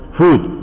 food